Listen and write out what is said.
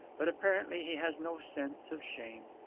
but apparently he has no sense of shame.